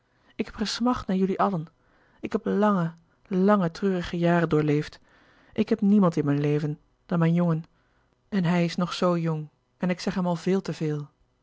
ik heb gesmacht naar jullie allen ik heb lange lange treurige jaren doorleefd ik heb niemand in mijn leven dan mijn jongen en hij is nog zoo jong en ik zeg hem al veel te veel